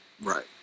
Right